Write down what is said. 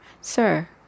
sir